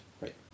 Right